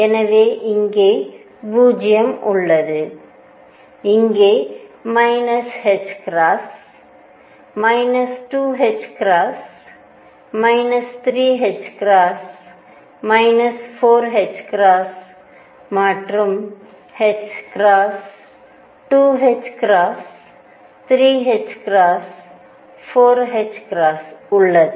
எனவே அங்கே 0 உள்ளதுஅங்கே 2 3 4 மற்றும் 2 3 4 உள்ளது